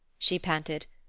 she panted,